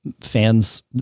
fans